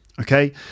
okay